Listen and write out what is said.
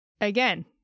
again